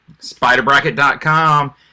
spiderbracket.com